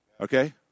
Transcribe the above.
Okay